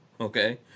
okay